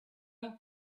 who